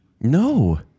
No